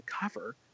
cover